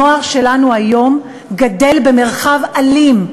הנוער שלנו היום גדל במרחב אלים.